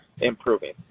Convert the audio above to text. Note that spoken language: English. improving